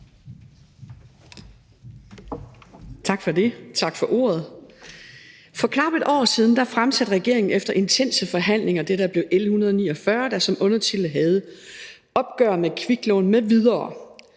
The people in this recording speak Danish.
Tak for det, tak for ordet. For knap et år siden fremsatte regeringen efter intense forhandlinger det, der blev L 149, og som undertitel havde »Opgør med kviklån m.v.«.